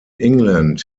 england